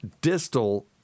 distal